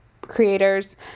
creators